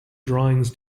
drawings